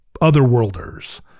otherworlders